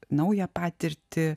naują patirtį